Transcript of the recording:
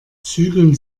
zügeln